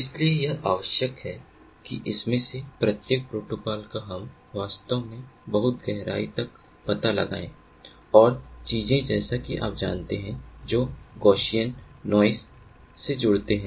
इसलिए यह आवश्यक नहीं है कि इनमें से प्रत्येक प्रोटोकॉल का हम वास्तव में बहुत गहराई तक पता लगाये और चीजें जैसा कि आप जानते हैं जो गौसियन नाइस से जोड़ते हैं